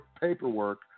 Paperwork